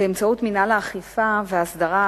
באמצעות מינהל האכיפה וההסדרה,